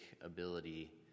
ability